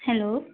hello